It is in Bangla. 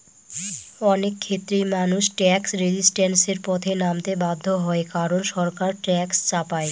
অনেক ক্ষেত্রেই মানুষ ট্যাক্স রেজিস্ট্যান্সের পথে নামতে বাধ্য হয় কারন সরকার ট্যাক্স চাপায়